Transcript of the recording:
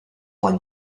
one